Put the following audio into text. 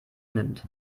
nimmt